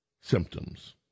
symptoms